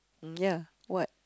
mm ya what